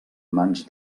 mans